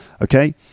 Okay